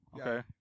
Okay